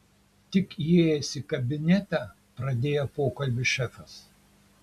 tik įėjęs į kabinetą pradėjo pokalbį šefas